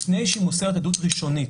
לפני שהיא מוסרת עדות ראשונית,